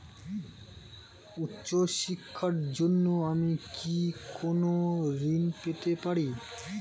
উচ্চশিক্ষার জন্য আমি কি কোনো ঋণ পেতে পারি?